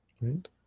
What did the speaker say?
Right